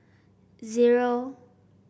zero